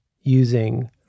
using